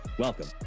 welcome